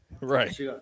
Right